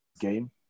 game